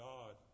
God